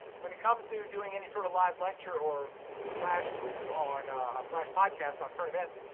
when it comes to doing any sort of live lecture or flash quizzes on, a flash podcast on current events.